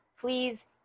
please